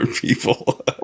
people